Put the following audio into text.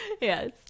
Yes